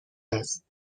است